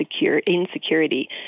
insecurity